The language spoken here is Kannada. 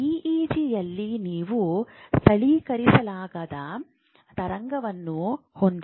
ಇಇಜಿಯಲ್ಲಿ ನೀವು ಸ್ಥಳೀಕರಿಸಲಾಗದ ತರಂಗವನ್ನು ಹೊಂದಿದೆ